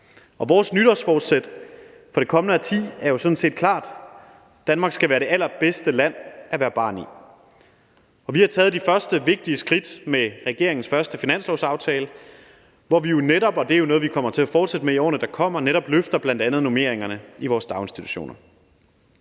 Vores nytårsforsæt for det kommende årti er jo sådan set klart: Danmark skal være det allerbedste land at være barn i. Vi har taget de første vigtige skridt med regeringens første finanslovsaftale, hvor vi jo netop – og det er noget, vi kommer til at fortsætte med i årene, der kommer – bl.a. løfter normeringerne i vores daginstitutioner.